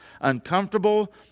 uncomfortable